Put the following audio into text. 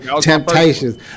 Temptations